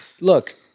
Look